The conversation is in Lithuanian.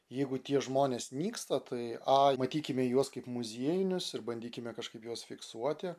jeigu tie žmonės nyksta tai ai matykime juos kaip muziejinius ir bandykime kažkaip juos fiksuoti